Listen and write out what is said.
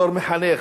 בתור מחנך,